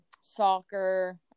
soccer